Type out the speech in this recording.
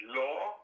law